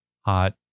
hot